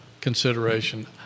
consideration